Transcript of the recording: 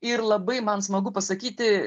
ir labai man smagu pasakyti